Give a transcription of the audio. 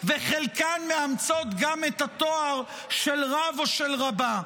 וחלקן מאמצות גם את התואר של רב או של רבה.